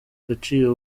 agaciro